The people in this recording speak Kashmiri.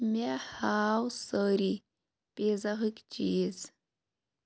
مےٚ ہاو سٲرِی پیٖزاہٕکۍ چیٖز